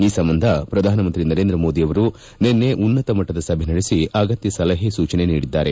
ಈ ಸಂಬಂಧ ಪ್ರಧಾನಮಂತ್ರಿ ನರೇಂದ್ರ ಮೋದಿ ಅವರು ನಿನ್ನೆ ಉನ್ನತ ಮಟ್ಲದ ಸಭೆ ನಡೆಸಿ ಅಗತ್ಯ ಸಲಹೆ ಸೂಚನೆ ನೀಡಿದ್ದಾರೆ